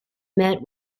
met